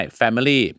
family